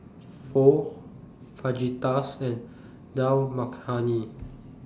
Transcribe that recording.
Pho Fajitas and Dal Makhani